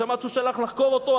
שמעת שהוא שלח לחקור אותו?